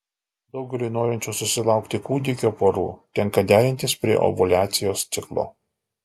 daugeliui norinčių susilaukti kūdikio porų tenka derintis prie ovuliacijos ciklo